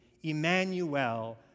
Emmanuel